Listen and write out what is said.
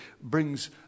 brings